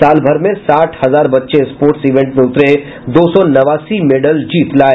सालभर में साठ हजार बच्चे स्पोर्ट्स इवेंट में उतरे दो सौ नवासी मेडल जीत लाए